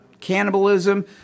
cannibalism